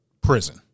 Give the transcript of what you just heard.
Prison